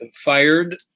fired